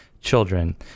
children